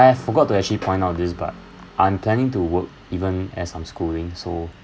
I forgot to actually point of this but I'm planning to work even as I'm schooling so